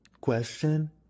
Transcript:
Question